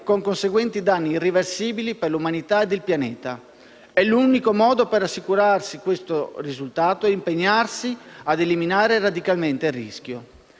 con conseguenti danni irreversibili per l'umanità e il pianeta. E l'unico modo per assicurarsi questo risultato è impegnarsi a eliminare radicalmente il rischio.